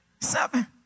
seven